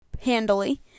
handily